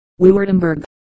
Württemberg